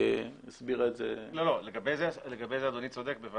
לגבי זה אדוני צודק.